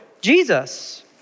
Jesus